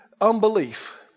unbelief